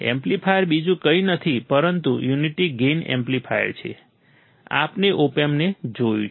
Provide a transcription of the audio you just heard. amplifier બીજું કંઈ નથી પરંતુ યુનિટી ગેઈન એમ્પ્લીફાયર છે આપણે ઓપએમ્પને જોયું છે